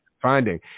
finding